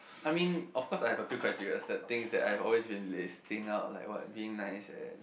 I mean of course I have a few criteria the things that I've always been listing out like what being nice and